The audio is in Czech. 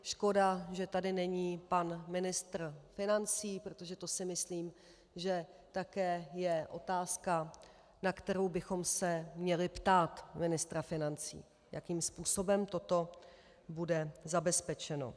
Škoda, že tady není pan ministr financí, protože si myslím, že to je také otázka, na kterou bychom se měli ptát ministra financí, jakým způsobem bude toto zabezpečeno.